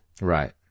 Right